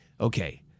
Okay